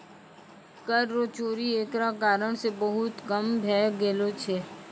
कर रो चोरी एकरा कारण से बहुत कम भै गेलो छै